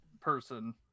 person